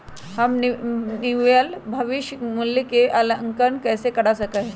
हम निवल भविष्य मूल्य के आंकलन कैसे कर सका ही?